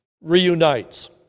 reunites